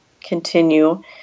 continue